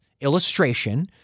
illustration